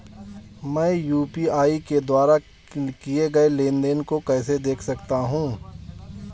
मैं यू.पी.आई के द्वारा किए गए लेनदेन को कैसे देख सकता हूं?